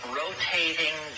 rotating